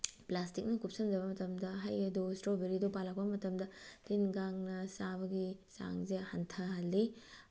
ꯄ꯭ꯂꯥꯁꯇꯤꯛꯅ ꯀꯨꯞꯁꯤꯟꯂꯕ ꯃꯇꯝꯗ ꯍꯩ ꯑꯗꯨ ꯏꯁꯇ꯭ꯔꯣꯕꯦꯔꯤꯗꯨ ꯄꯥꯜꯂꯛꯄ ꯃꯇꯝꯗ ꯇꯤꯟ ꯀꯥꯡꯅ ꯆꯥꯕꯒꯤ ꯆꯥꯡꯁꯦ ꯍꯟꯊꯍꯜꯂꯤ